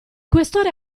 questore